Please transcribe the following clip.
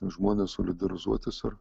žmones solidarizuotis ir